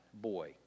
boy